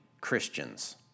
Christians